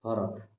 Bharat